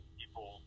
people